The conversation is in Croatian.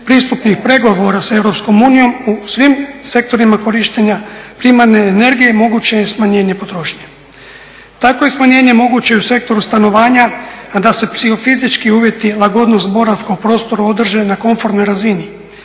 pristupnih pregovora sa EU u svim sektorima korištenja primarne energije moguće je smanjenje potrošnje. Tako je smanjenje moguće i u sektoru stanovanja, a da se psihofizički uvjeti, lagodnost boravka u prostoru održe na komfornoj razini.